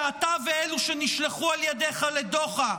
שאתה, ואלו שנשלחו על ידך לדוחא,